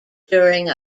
during